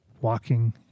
walking